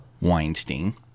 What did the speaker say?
Weinstein